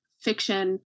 fiction